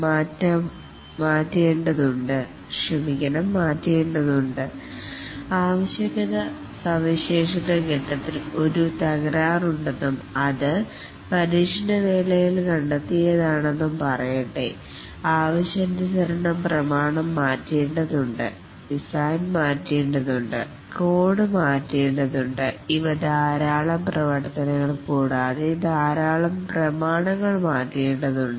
എന്നാൽ requirement specification ഫേസിൽ ഒരു തകരാറുണ്ടെന്നും അത് ടെസ്റ്റിംഗ് ഫേസിൽ കണ്ടെത്തിയതാണെന്നും പറയട്ടെ ആവശ്യാനുസരണം പ്രമാണം മാറ്റേണ്ടതുണ്ട് ഡിസൈൻ മാറ്റേണ്ടതുണ്ട് കോഡ് മാറ്റേണ്ടതുണ്ട് ഇവ ധാരാളം പ്രവർത്തനങ്ങൾ കൂടാതെ ധാരാളം പ്രമാണങ്ങൾ മാറ്റേണ്ടതുണ്ട്